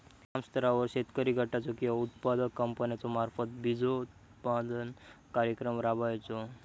ग्रामस्तरावर शेतकरी गटाचो किंवा उत्पादक कंपन्याचो मार्फत बिजोत्पादन कार्यक्रम राबायचो?